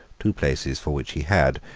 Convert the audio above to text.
two places for which he had,